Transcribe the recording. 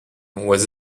was